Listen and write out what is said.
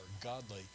godly